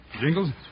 Jingles